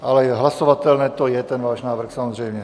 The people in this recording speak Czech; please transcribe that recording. Ale hlasovatelné to je, ten váš návrh, samozřejmě.